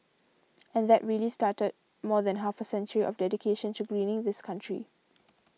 and that really started more than half a century of dedication to greening this country